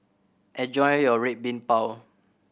enjoy your Red Bean Bao